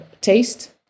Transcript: taste